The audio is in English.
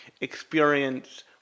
experience